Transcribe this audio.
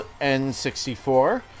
N64